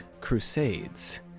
Crusades